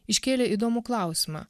iškėlė įdomų klausimą